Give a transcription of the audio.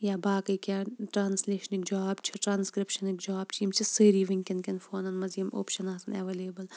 یا باقٕے کیٚنٛہہ ٹرٛانسلیشنِک جاب چھِ ٹرٛانسکرِٛپشَنِک جاب چھِ یِم چھِ سٲری وُنکیٚن کیٚن فونَن مَنٛز یِم اوپشَن آسان اَیویلیبٕل